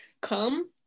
come